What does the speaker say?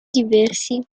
diversi